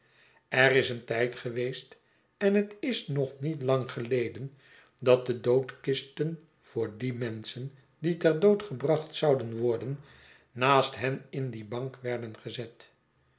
er is een tijd geweest en het is nog niet lang geleden dat de doodkisten voor die menschen die ter dood gebracht zouden worden naast hen in die bank werden gezet